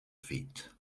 feet